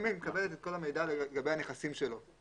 אם היא מקבלת את כל המידע לגבי הנכסים שלו,